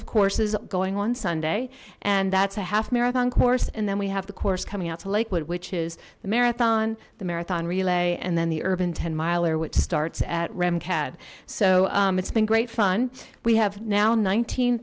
of courses going on sunday and that's a half marathon course and then we have the course coming out to lakewood which is the marathon the marathon relay and then the urban ten miler which starts at rem cad so it's been great fun we have now nineteen